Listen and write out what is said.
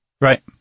Right